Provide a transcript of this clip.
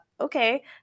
okay